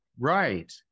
right